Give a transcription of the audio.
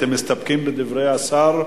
אתם מסתפקים בדברי השר?